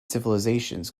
civilisations